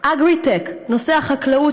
"אגריטק" נושא החקלאות,